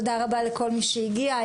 תודה רבה לכל מי שהגיע,